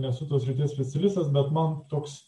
nesu tos srities specialistas bet man toks